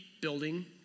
building